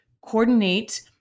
coordinate –